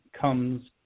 Comes